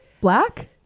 black